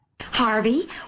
Harvey